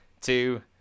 two